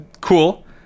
cool